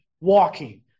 walking